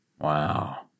Wow